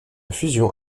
fusion